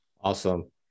Awesome